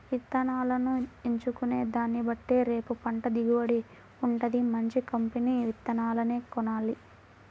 ఇత్తనాలను ఎంచుకునే దాన్నిబట్టే రేపు పంట దిగుబడి వుంటది, మంచి కంపెనీ విత్తనాలనే కొనాల